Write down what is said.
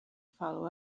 follow